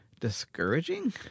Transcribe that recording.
Discouraging